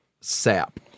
sap